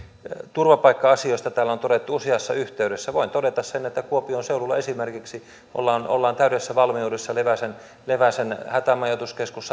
turvapaikka asioista täällä on todettu useassa yhteydessä voin todeta sen että esimerkiksi kuopion seudulla ollaan ollaan täydellisessä valmiudessa leväsen leväsen hätämajoituskeskus